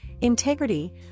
integrity